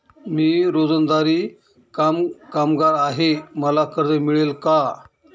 मी रोजंदारी कामगार आहे मला कर्ज मिळेल का?